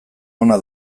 ona